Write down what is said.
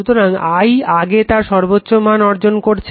সুতরাং I আগে তার সর্বোচ্চ মান অর্জন করছে